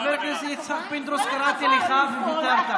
חבר הכנסת יצחק פינדרוס, קראתי לך וויתרת.